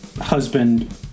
husband